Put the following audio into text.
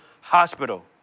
Hospital